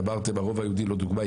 ואמרתם הרובע היהודי לא דוגמה,